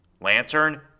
Lantern